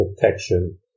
protection